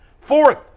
Fourth